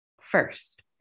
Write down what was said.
First